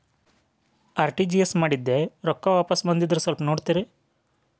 RTGS ಮಾಡಿದ್ದೆ ರೊಕ್ಕ ವಾಪಸ್ ಬಂದದ್ರಿ ಸ್ವಲ್ಪ ನೋಡ್ತೇರ?